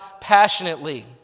passionately